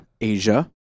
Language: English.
Asia